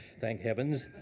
thank heavens.